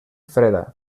freda